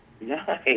Nice